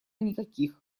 никаких